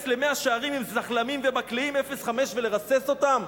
למאה-שערים עם זחל"מים ומקלעים 05 ולרסס אותם".